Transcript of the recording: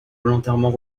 volontairement